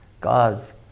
God's